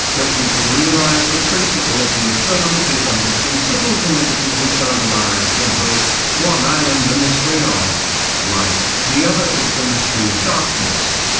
but we can realise the principle of the affirmative and the principle of the negative which underlies them both one is and the mystery of light, the other is the mystery of darkness.